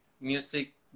music